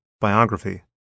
biography